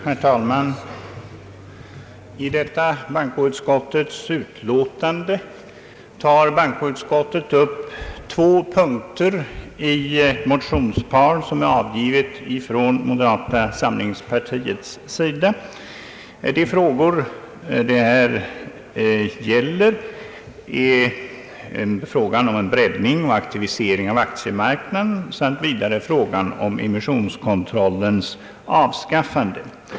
Herr talman! I bankoutskottets föreliggande utlåtande tar utskottet upp två punkter i ett motionspar som väckts av ledamöter av moderata samlingspartiet. De frågor det här gäller avser utredning om en breddning och aktivering av aktiemarknaden samt emissionskontrollens avskaffande.